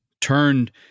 turned